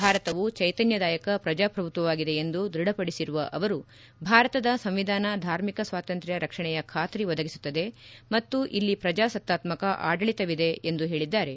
ಭಾರತವು ಚೈತನ್ವದಾಯಕ ಪ್ರಜಾಪ್ರಭುತ್ವವಾಗಿದೆ ಎಂದು ದೃಢಪಡಿಸಿರುವ ಅವರು ಭಾರತದ ಸಂವಿಧಾನ ಧಾರ್ಮಿಕ ಸ್ವಾತಂತ್ರ ್ಯ ರಕ್ಷಣೆಯ ಖಾತ್ರಿ ಒದಗಿಸುತ್ತದೆ ಮತ್ತು ಇಲ್ಲಿ ಪ್ರಜಾಸತ್ತಾತ್ಮಕ ಆಡಳಿತವಿದೆ ಎಂದು ಹೇಳಿದ್ದಾರೆ